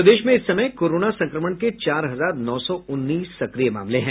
प्रदेश में इस समय कोरोना संक्रमण के चार हजार नौ सौ उन्नीस सक्रिय मामले हैं